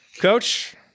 Coach